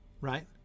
right